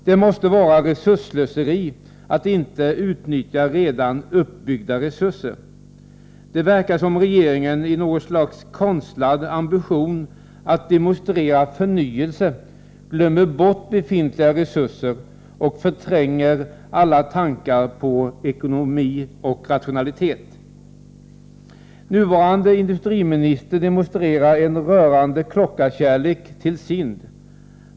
Det måste vara resursslöseri att inte utnyttja redan uppbyggda resurser. Det verkar som om regeringen i något slags konstlad ambition att demonstrera förnyelse glömmer bort befintliga resurser och förtränger alla tankar på ekonomi och rationalitet. Nuvarande industriminister demonstrerar en rörande klockarkärlek till SIND.